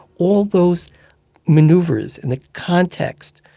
all those maneuvers in the context.